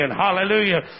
Hallelujah